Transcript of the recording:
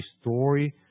story